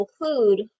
include